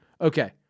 Okay